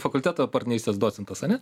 fakulteto partnerystės docentas ane